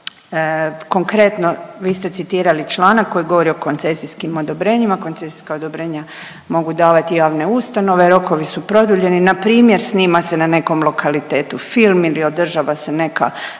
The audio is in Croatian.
Konkretno, vi ste citirali članak koji govori o koncesijskim odobrenjima, koncesijska odobrenja mogu davati javne ustanove, rokovi su produljeni. Npr. snima se na nekom lokalitetu film ili održava se neka